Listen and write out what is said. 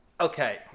okay